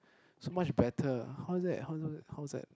so much better how is that how is all that how is that